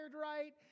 right